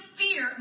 fear